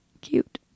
cute